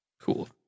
Cool